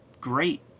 great